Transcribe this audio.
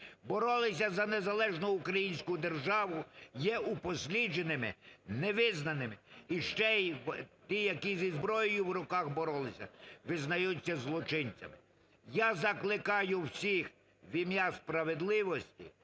боролися за незалежну українську державу, є упослідженими, невизнаними, і ще й ті, які зі зброєю в руках боролися, визнаються злочинцями. Я закликаю усіх в ім'я справедливості,